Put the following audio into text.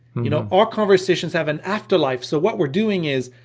you know, our conversations have an afterlife. so what we're doing is,